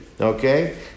Okay